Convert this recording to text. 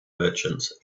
merchants